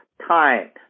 time